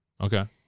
Okay